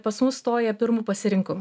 pas mus stoja pirmu pasirinkimu